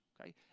okay